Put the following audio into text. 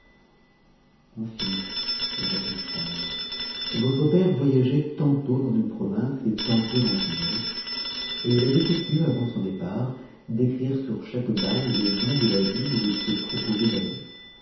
amonnts h i répondit sa mère votre père voyageait tantôt dans une province et tantôt dans une autre et il avait coutume avant son départ d'écrire sur chaque balle le nom de la ville où il se proposait d'aller